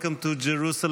Welcome to Jerusalem.